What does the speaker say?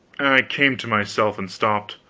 came to myself and stopped,